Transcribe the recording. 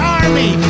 army